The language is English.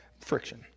friction